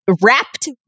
wrapped